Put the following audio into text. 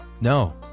No